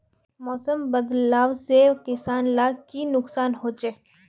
मौसम बदलाव से किसान लाक की नुकसान होचे?